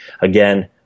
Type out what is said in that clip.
again